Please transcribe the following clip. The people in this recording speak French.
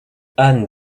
anne